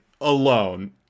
alone